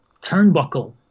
turnbuckle